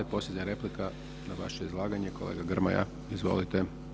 I posljednja replika na vaše izlaganje kolega Grmoja, izvolite.